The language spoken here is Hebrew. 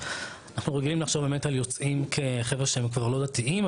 אנחנו רגילים לחשוב על יוצאים כחברה שהם לא דתיים,